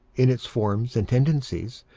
in its forms and tendencies,